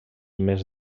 més